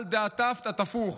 על דאטפת אטפוך.